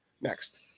Next